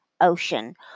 ocean